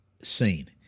seen